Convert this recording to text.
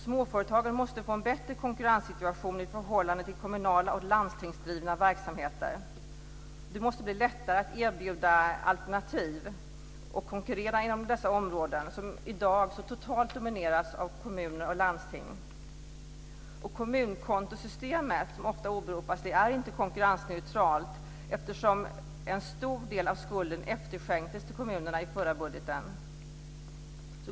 Småföretagare måste få en bättre konkurrenssituation i förhållande till kommunal och landstingsdrivna verksamheter. Det måste bli lättare att erbjuda alternativ och konkurrera inom de områden som i dag totalt domineras av kommuner och landsting. Kommunkontosystemet - som ofta åberopas - är inte konkurrensneutralt, eftersom en stor del av skulden efterskänktes till kommunerna i förra budgeten.